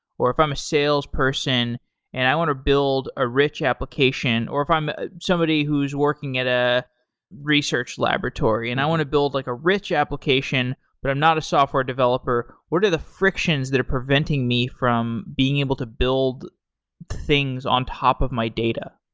or if i'm a salesperson and i want to build a rich application, or if i'm somebody who's working at a research laboratory and i want to build like a rich application, but i'm not a software developer, what are the frictions that are preventing me from being able to build things on top of my data?